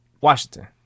Washington